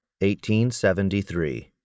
1873